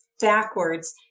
backwards